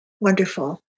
Wonderful